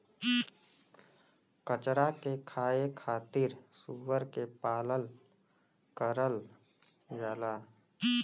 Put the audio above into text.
कचरा के खाए खातिर सूअर के पालन करल जाला